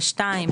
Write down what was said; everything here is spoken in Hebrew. ו-2,